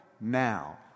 now